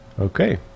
okay